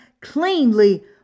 cleanly